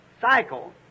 cycle